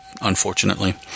unfortunately